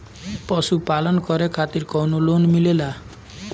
पशु पालन करे खातिर काउनो लोन मिलेला?